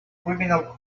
criminal